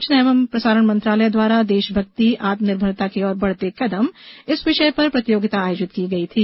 सूचना एवं प्रसारण मंत्रालय द्वारा देशभक्ति आत्मनिर्भरता की ओर बढ़ते कदम विषय पर प्रतियोगिता आयोजित की गई थी